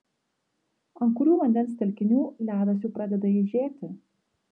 ant kurių vandens telkinių ledas jau pradeda eižėti